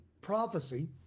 prophecy